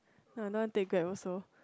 I don't want to take Grab also